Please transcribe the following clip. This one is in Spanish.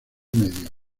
medio